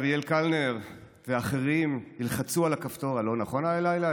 אריאל קלנר ואחרים ילחצו על הכפתור הלא-נכון הלילה,